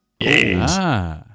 Yes